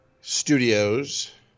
Studios